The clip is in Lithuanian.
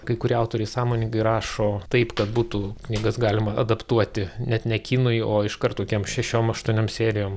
kai kurie autoriai sąmoningai rašo taip kad būtų knygas galima adaptuoti net ne kinui o iš karto kokiom šešiom aštuoniom serijom